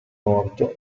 morto